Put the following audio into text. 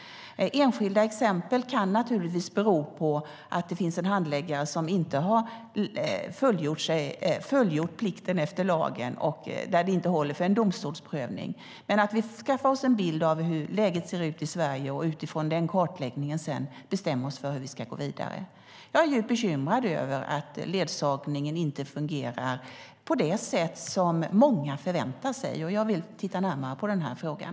Enskilda exempel kan naturligtvis bero på att det finns en handläggare som inte har fullgjort plikten efter lagen och där det inte håller för en domstolsprövning. Vi ska skaffa oss en bild av hur läget är i Sverige, och utifrån den kartläggningen bestämmer vi oss sedan för hur vi ska gå vidare. Jag är djupt bekymrad över att ledsagningen inte fungerar på det sätt som många förväntar sig att den ska fungera, och jag vill titta närmare på den här frågan.